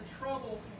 trouble